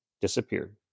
disappeared